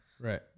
Right